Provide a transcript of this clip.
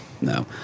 No